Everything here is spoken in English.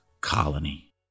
colony